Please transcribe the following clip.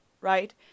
right